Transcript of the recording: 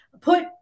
put